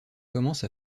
commence